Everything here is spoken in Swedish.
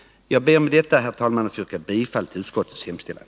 Jag ber med detta, herr talman, att få yrka bifall till utskottets hemställan.